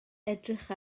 edrych